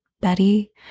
Betty